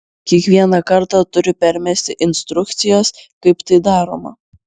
kiekvieną kartą turi permesti instrukcijas kaip tai daroma